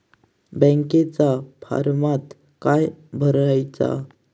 बँकेच्या फारमात काय भरायचा?